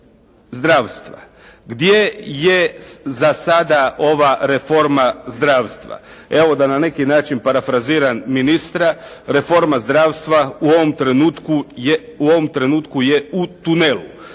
zdravstva. Gdje je za sada ova reforma zdravstva? Evo da na neki način parafriziram ministra reforma zdravstva u ovom trenutku je u tunelu.